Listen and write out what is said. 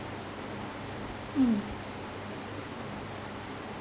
mm